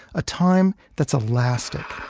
a time that's elastic